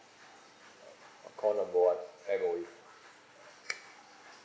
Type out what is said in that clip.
call number one M_O_E